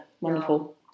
Wonderful